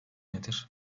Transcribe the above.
nedir